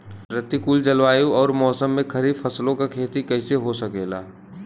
प्रतिकूल जलवायु अउर मौसम में खरीफ फसलों क खेती कइसे हो सकेला?